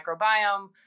microbiome